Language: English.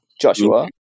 Joshua